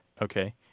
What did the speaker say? Okay